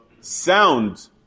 sound